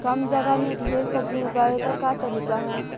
कम जगह में ढेर सब्जी उगावे क का तरीका ह?